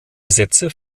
gesetze